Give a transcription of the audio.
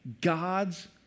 God's